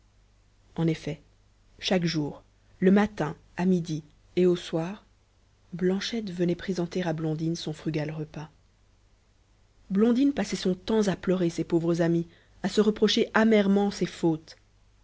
en effet chaque jour le matin à midi et au soir blanchette venait présenter à blondine son frugal repas blondine passait son temps à pleurer ses pauvres amis à se reprocher amèrement ses fautes